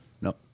No